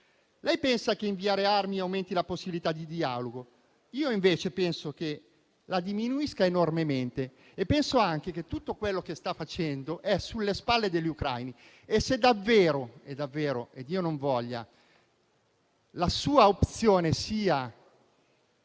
Lei pensa che inviare armi aumenti la possibilità di dialogo; io invece penso che la diminuisca enormemente e penso che tutto quello che sta facendo sia sulle spalle degli ucraini. Mi chiedo se davvero - e Dio non voglia - la sua opzione sia